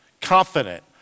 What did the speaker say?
Confident